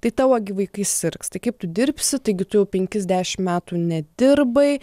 tai tavo gi vaikai sirgs tai kaip tu dirbsi taigi tu jau penkis dešim metų nedirbai